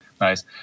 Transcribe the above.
Nice